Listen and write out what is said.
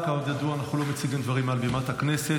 כידוע, אנחנו לא מציגים דברים מעל בימת הכנסת.